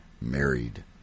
married